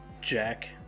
Jack